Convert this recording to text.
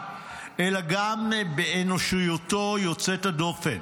אלא גם באנושיותו יוצאת הדופן.